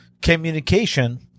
Communication